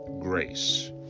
grace